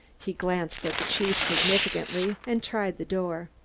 he glanced at the chief significantly, and tried the door.